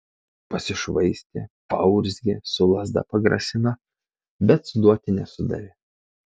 pasišvaistė paurzgė su lazda pagrasino bet suduoti nesudavė